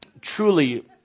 truly